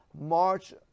March